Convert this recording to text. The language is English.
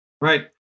Right